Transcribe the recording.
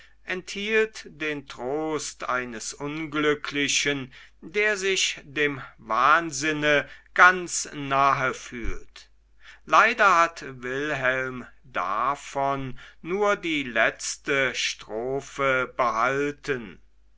enthielt den trost eines unglücklichen der sich dem wahnsinne ganz nahe fühlt leider hat wilhelm davon nur die letzte strophe behalten